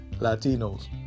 Latinos